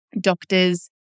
Doctors